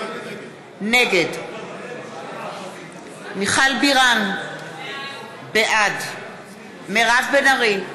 נגד מיכל בירן, בעד מירב בן ארי,